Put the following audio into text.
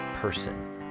person